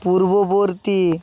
পূর্ববর্তী